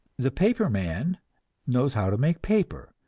the paper man knows how to make paper,